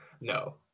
no